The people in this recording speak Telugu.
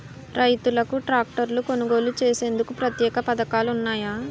రైతులకు ట్రాక్టర్లు కొనుగోలు చేసేందుకు ప్రత్యేక పథకాలు ఉన్నాయా?